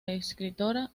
escritora